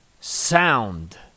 Sound